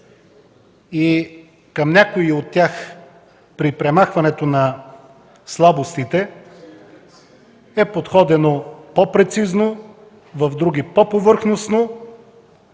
Към някои от тях при премахването на слабостите е подходено по-прецизно, към други – по-повърхностно.